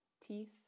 teeth